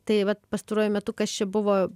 tai vat pastaruoju metu kas čia buvo